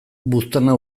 buztana